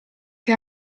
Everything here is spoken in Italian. che